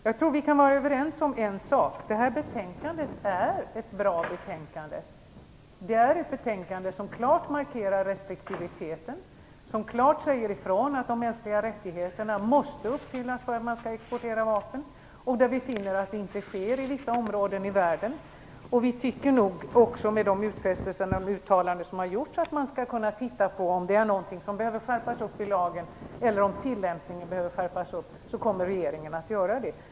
Jag tror att vi kan vara överens om en sak, att detta betänkande är ett bra betänkande. Det är ett betänkande som klart markerar restriktiviteten. Det betonar starkt att de mänskliga rättigheterna måste uppfyllas för att man skall få exportera vapen. Så sker inte i vissa områden i världen. Vi tycker också att man med de utfästelser och uttalanden som har gjorts skall kunna se över om det är någonting i lagen eller dess tillämpning som behöver skärpas. I så fall kommer regeringen att göra det.